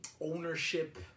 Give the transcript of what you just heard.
ownership